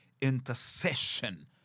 intercession